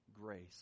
grace